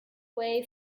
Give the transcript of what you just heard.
way